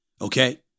okay